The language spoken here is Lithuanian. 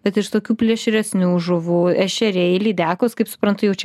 bet iš tokių plėšresnių žuvų ešeriai lydekos kaip suprantu jau čia